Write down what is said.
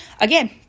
again